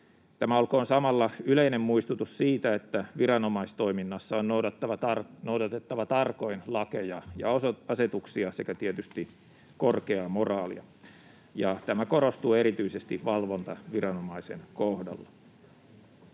Tämä olkoon samalla yleinen muistutus siitä, että viranomaistoiminnassa on noudatettava tarkoin lakeja ja asetuksia sekä tietysti korkeaa moraalia, ja tämä korostuu erityisesti valvontaviranomaisen kohdalla.